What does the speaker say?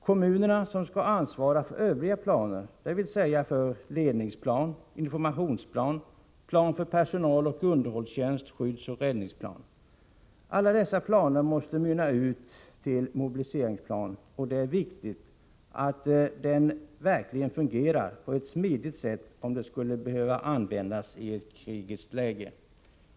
Kommunerna skall ansvara för övriga planer, dvs. ledningsplan, informationsplan, plan för personaloch underhållstjänst, skyddsoch räddningsplan. Alla dessa planer måste mynna ut i mobiliseringsplanen, och det är viktigt att den verkligen fungerar på ett smidigt sätt, om den skulle behöva användas i ett krigiskt läge.